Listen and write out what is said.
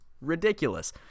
ridiculous